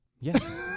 yes